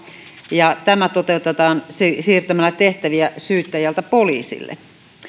tämä toteutetaan siirtämällä tehtäviä syyttäjältä poliisille